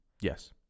Yes